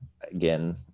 again